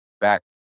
back